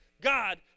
God